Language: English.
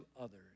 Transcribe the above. others